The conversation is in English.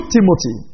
Timothy